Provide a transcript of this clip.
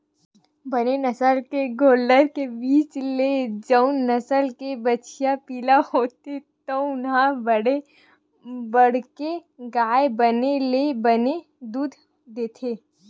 बने नसल के गोल्लर के बीज ले जउन नसल के बछिया पिला होथे तउन ह बड़े बाड़के गाय बने ले बने दूद देथे